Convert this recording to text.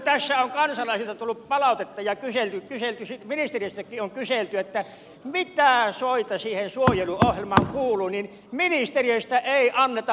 tässä on kansalaisilta tullut palautetta että ministeriöstäkin on kyselty mitä soita siihen suojeluohjelmaan kuuluu niin ministeriöstä ei anneta vastausta